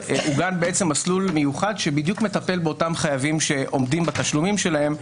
עוגן מסלול מיוחד שמטפל באותם חייבים שעומדים בתשלומים שלהם,